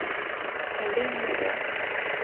ᱦᱟᱺᱰᱤ ᱧᱩ ᱫᱚ